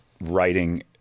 writing